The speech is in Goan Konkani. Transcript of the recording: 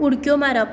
उडक्यो मारप